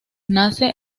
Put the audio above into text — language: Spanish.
nace